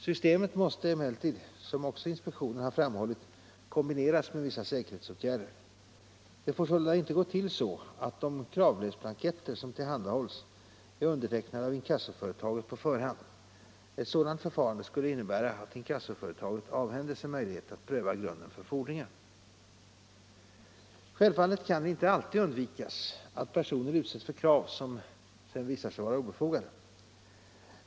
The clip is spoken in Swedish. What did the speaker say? Systemet måste emellertid, som också inspektionen har framhållit, kombineras med vissa säkerhetsåtgärder. Det får sålunda inte gå till så, att de kravbrevsblanketter som tillhandahålls är undertecknade av inkassoföretaget på förhand. Ett sådant förfarande skulle innebära att inkassoföretaget avhände sig möjligheten att pröva grunden för fordringen. Självfallet kan det inte alltid undvikas att personer utsätts för krav som visar sig vara obefogade.